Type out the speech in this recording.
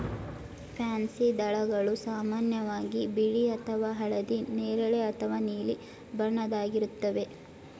pansy ದಳಗಳು ಸಾಮಾನ್ಯವಾಗಿ ಬಿಳಿ ಅಥವಾ ಹಳದಿ ನೇರಳೆ ಅಥವಾ ನೀಲಿ ಬಣ್ಣದ್ದಾಗಿರುತ್ವೆ